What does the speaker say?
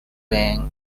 bank